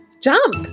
jump